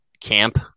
camp